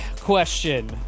question